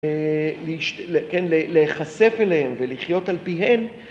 להיחשף אליהם ולחיות על פיהם.